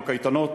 בקייטנות,